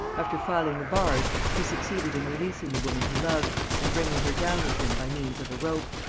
after filing the bars, he succeeded in releasing the woman he loved and bringing her down with him by means of a rope.